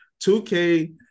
2k